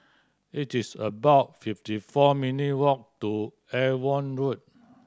it is about fifty four minute walk to Avon Road